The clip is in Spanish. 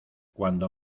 cuando